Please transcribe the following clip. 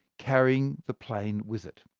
carrying the plane with it.